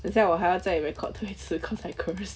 等一下我还要在 record 多一次 cause I cursed